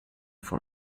for